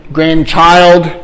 Grandchild